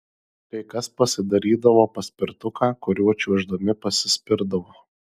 kai kas pasidarydavo paspirtuką kuriuo čiuoždami pasispirdavo